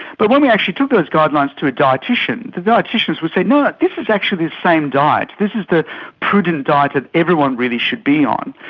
but when we actually took those guidelines to a dietician, the dieticians would say, no, this is actually the same diet, this is the prudent diet that everyone really should be on.